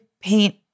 paint